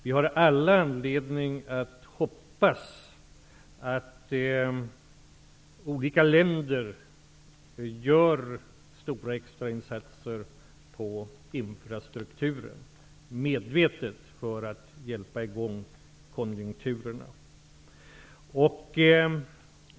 Vi har alla anledning att hoppas att olika länder medvetet gör stora extra insatser på infrastrukturområdet för att hjälpa i gång konjunkturerna.